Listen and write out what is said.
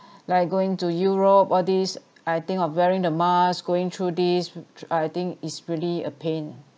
like going to europe all this I think of wearing the mask going through this I think it's really a pain eh